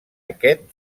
aquest